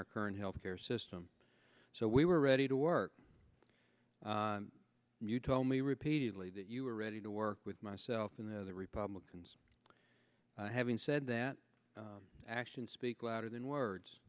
our current health care system so we were ready to work you told me repeatedly that you were ready to work with myself in the republicans having said that actions speak louder than words